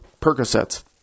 Percocets